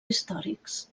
històrics